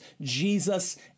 Jesus